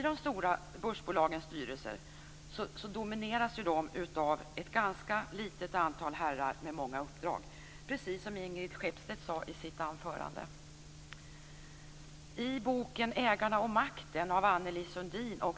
De stora börsbolagens styrelser domineras av ett ganska litet antal herrar med många uppdrag, precis som Ingrid Skeppstedt sade i sitt anförande.